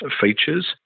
features